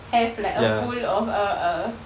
have like a pool of a err